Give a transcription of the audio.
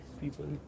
people